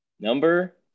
Number